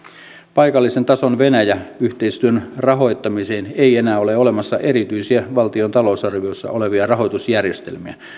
paikallisen tason venäjä yhteistyön rahoittamiseen ei enää ole olemassa erityisiä valtion talousarviossa olevia rahoitusjärjestelmiä